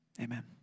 Amen